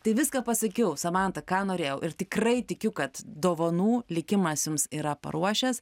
tai viską pasakiau samanta ką norėjau ir tikrai tikiu kad dovanų likimas jums yra paruošęs